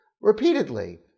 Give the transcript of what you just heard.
repeatedly